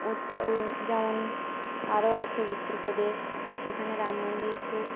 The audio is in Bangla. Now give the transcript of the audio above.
উত যেমন আরও আছেে উত্তর প্রদেশ সেখানে রাম মন্দির খুব